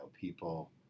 people